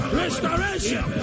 restoration